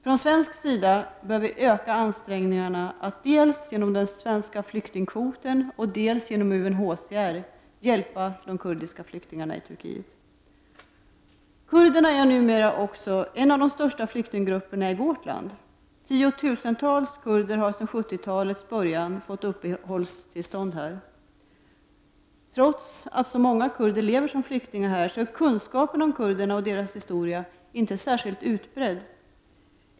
Från svensk sida bör vi öka ansträngningarna att hjälpa de kuradiska flyktingarna dels genom den svenska flyktingkvoten, dels genom UNHCR. Kurderna är numera en av de största flyktinggrupperna också i vårt land. Tiotusentals kurder har sedan 70-talets början fått uppehållstillstånd här. Trots att så många kurder lever som flyktingar här är kunskapen om kurderna och deras historia inte särskilt utbredd.